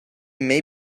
may